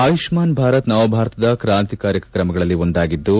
ಆಯುಷ್ನಾನ್ ಭಾರತ್ ನವಭಾರತದ ಕ್ರಾಂತಿಕಾರಿಕ ಕ್ರಮಗಳಲ್ಲಿ ಒಂದಾಗಿದ್ದು